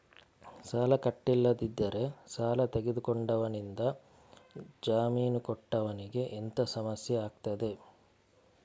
ಸಾಲ ಕಟ್ಟಿಲ್ಲದಿದ್ದರೆ ಸಾಲ ತೆಗೆದುಕೊಂಡವನಿಂದ ಜಾಮೀನು ಕೊಟ್ಟವನಿಗೆ ಎಂತ ಸಮಸ್ಯೆ ಆಗ್ತದೆ?